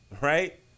right